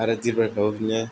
आरो दिरबिलफ्राव बिदिनो